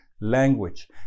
language